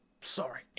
sorry